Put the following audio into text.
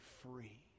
free